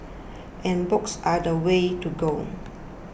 and books are the way to go